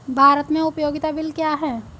भारत में उपयोगिता बिल क्या हैं?